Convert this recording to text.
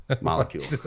Molecule